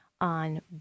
on